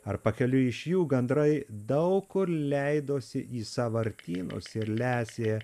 ar pakeliui iš jų gandrai daug kur leidosi į sąvartynus ir lesė